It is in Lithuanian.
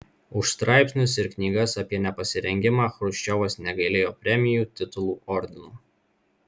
už straipsnius ir knygas apie nepasirengimą chruščiovas negailėjo premijų titulų ordinų